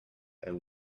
and